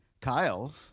Kyle